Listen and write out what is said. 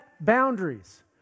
boundaries